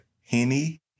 Henny